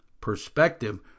perspective